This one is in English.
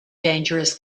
dangerous